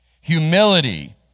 Humility